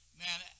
man